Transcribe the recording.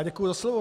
Děkuji za slovo.